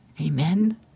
Amen